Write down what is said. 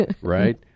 right